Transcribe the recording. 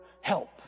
help